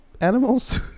animals